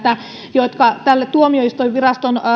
jotka tälle tuomioistuinviraston